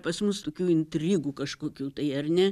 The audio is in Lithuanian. pas mus tokių intrigų kažkokių tai ar ne